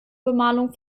bemalung